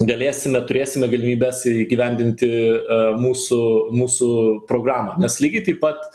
galėsime turėsime galimybes įgyvendinti mūsų mūsų programą nes lygiai taip pat